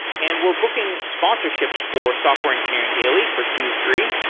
and we're booking sponsorships for software engineering daily for q three.